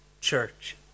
church